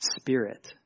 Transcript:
spirit